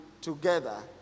together